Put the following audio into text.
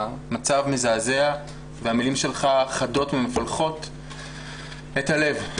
המצב מזעזע והמילים שלך חדות ומפלחות את הלב.